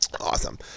Awesome